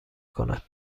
کند